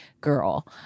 girl